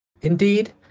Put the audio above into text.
Indeed